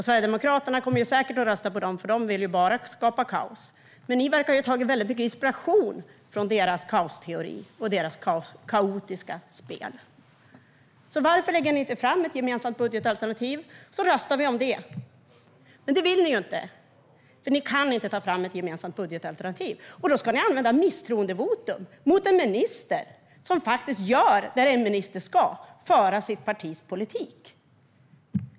Sverigedemokraterna kommer säkert att rösta på den, för de vill ju bara skapa kaos. Ni verkar dock ha hämtat väldigt mycket inspiration från deras kaosteori och deras kaotiska spel. Varför lägger ni inte fram ett gemensamt budgetalternativ, och så röstar vi om det? Men det vill ni inte, för ni kan inte ta fram ett gemensamt budgetalternativ. I stället ska ni använda misstroendevotum mot en minister som gör det en minister ska, nämligen genomföra sitt partis politik.